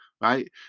right